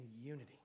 unity